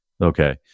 okay